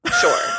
Sure